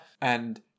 And-